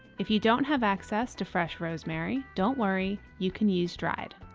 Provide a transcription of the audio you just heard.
if you don't have access to fresh rosemary, don't worry, you can use dried.